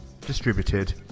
distributed